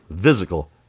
physical